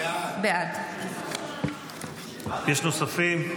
בעד יש נוספים?